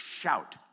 shout